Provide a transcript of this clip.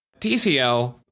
TCL